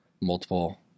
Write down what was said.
multiple